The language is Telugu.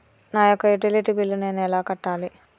నా యొక్క యుటిలిటీ బిల్లు నేను ఎలా కట్టాలి?